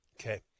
Okay